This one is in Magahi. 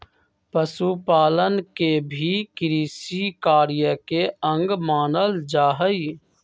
पशुपालन के भी कृषिकार्य के अंग मानल जा हई